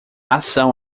ação